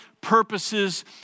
purposes